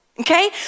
Okay